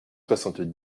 soixante